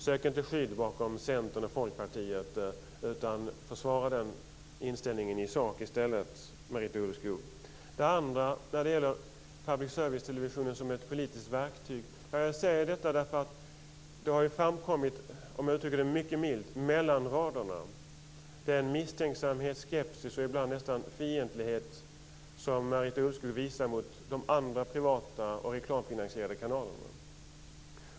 Sök inte skydd bakom Centern och Folkpartiet, utan försvara den inställningen i sak i stället, Marita Ulvskog! För det andra gäller det public servicetelevisionen som ett politiskt verktyg. Det har framkommit, för att uttrycka det mycket milt, mellan raderna att Marita Ulvskog visar en misstänksamhet, skepsis och ibland nästan fientlighet mot de privata och reklamfinansierade kanalerna.